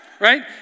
right